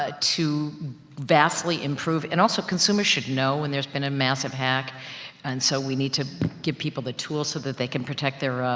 ah to vastly improve, and also consumers should know when there's been a massive hack. and so, we need to give people the tools, so that they can protect their,